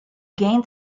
gained